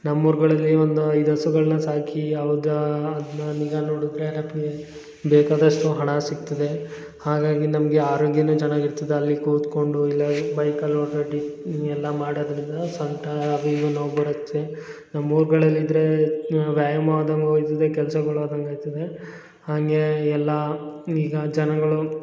ನಮ್ಮೂರ್ಗಳಲ್ಲಿ ಒಂದು ಐದು ಹಸುಗಳನ್ನ ಸಾಕೀ ಅವ್ದಾ ಬೇಕಾದಷ್ಟು ಹಣ ಸಿಕ್ತದೆ ಹಾಗಾಗಿ ನಮಗೆ ಆರೋಗ್ಯ ಚೆನ್ನಾಗಿರ್ತದೆ ಅಲ್ಲಿ ಕೂತ್ಕೊಂಡು ಇಲ್ಲ ಬೈಕಲ್ಲಿ ಓಡಾಡಿ ಹಿಂಗೆಲ್ಲ ಮಾಡೊದರಿಂದ ಸೊಂಟ ಅದು ಇದು ನೋವು ಬರುತ್ತೆ ನಮ್ಮೂರ್ಗಳಲ್ಲಿ ಇದ್ದರೆ ವ್ಯಾಯಾಮ ಆದಂಗು ಆಯ್ತದೆ ಕೆಲ್ಸಗಳು ಆದಂಗೆ ಆಯ್ತದೆ ಹಾಗೇ ಎಲ್ಲ ಈಗ ಜನಗಳು